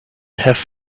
have